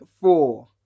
Four